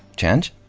chenj?